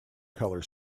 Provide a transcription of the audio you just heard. color